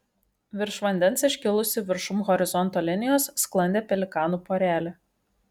virš vandens iškilusi viršum horizonto linijos sklandė pelikanų porelė